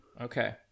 Okay